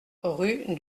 rue